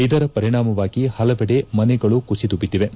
ಇದರ ಪರಿಣಾಮವಾಗಿ ಹಲವೆಡೆ ಮನೆಗಳು ಕುಸಿದು ಬಿದ್ದಿವೆ